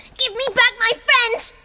give me back my friend!